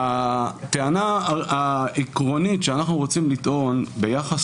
הטענה העקרונית שאנחנו רוצים לטעון ביחס